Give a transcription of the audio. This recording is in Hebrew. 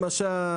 למשל,